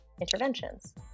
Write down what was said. interventions